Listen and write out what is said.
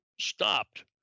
stopped